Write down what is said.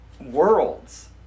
worlds